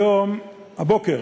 הבוקר